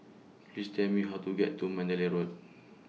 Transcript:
Please Tell Me How to get to Mandalay Road